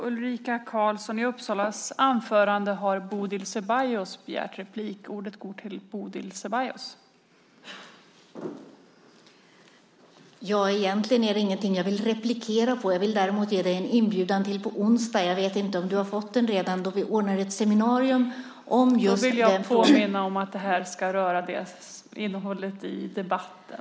Fru talman! Det som sagts är egentligen ingenting som jag vill replikera på. Däremot vill jag ge dig en inbjudan till på onsdag - jag vet inte om du redan har fått en inbjudan - då vi ordnar ett seminarium om just den här frågan.